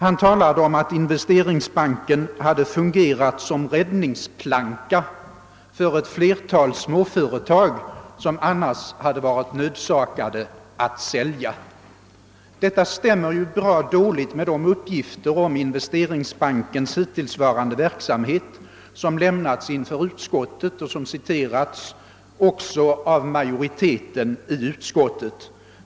Han talade om att Investeringsbanken hade fungerat som »räddningsplanka» för ett flertal småföretag, som man annars skulle ha blivit nödsakad att sälja. Detta stämmer ganska dåligt med de uppgifter om Investeringsbankens hittillsvarande verksamhet som lämnats inför utskottet och som citerats också av majoriteten i utskottet.